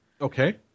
Okay